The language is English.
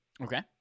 Okay